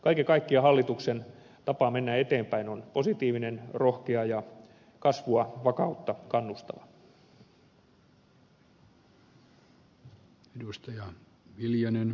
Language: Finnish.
kaiken kaikkiaan hallituksen tapa mennä eteenpäin on positiivinen rohkea ja kasvua vakautta kannustava